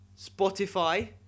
Spotify